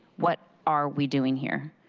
what are we doing here?